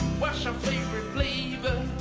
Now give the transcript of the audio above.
what's your favorite flavor?